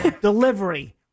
Delivery